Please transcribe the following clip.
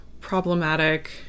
problematic